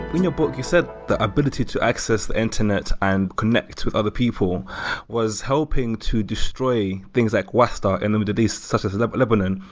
in your book, you said the ability to access the internet and connect with other people was helping to destroy things like wasta in the middle east such as but lebanon.